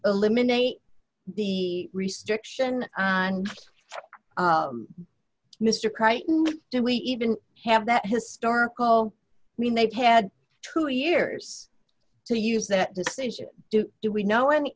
eliminate the restriction and mr crighton do we even have that historical mean they've had two years to use that decision do do we know an